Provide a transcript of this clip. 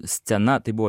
scena tai buvo